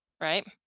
right